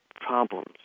problems